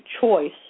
choice